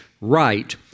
right